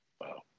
Wow